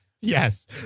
yes